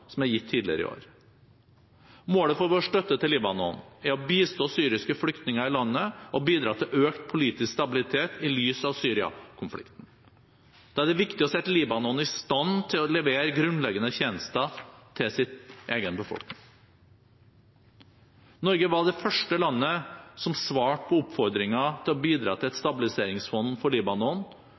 som er gitt tidligere i år. Målet for vår støtte til Libanon er å bistå syriske flyktninger i landet og bidra til økt politisk stabilitet i lys av Syria-konflikten. Da er det viktig å sette Libanon i stand til å levere grunnleggende tjenester til sin egen befolkning. Norge var det første landet som svarte på oppfordringen om å bidra til et stabiliseringsfond for Libanon